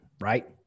right